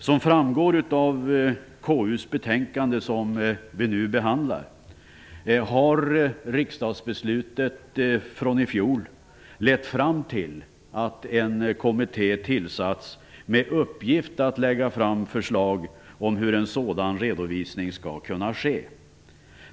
Som framgår av det KU-betänkande som vi nu behandlar har riksdagsbeslutet från i fjol lett fram till att en kommitté tillsatts med uppgift att lägga fram förslag om hur en sådan redovisning skall kunna ske.